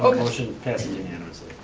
but motion passes unanimously.